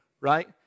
right